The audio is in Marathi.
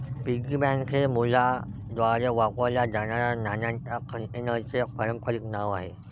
पिग्गी बँक हे मुलांद्वारे वापरल्या जाणाऱ्या नाण्यांच्या कंटेनरचे पारंपारिक नाव आहे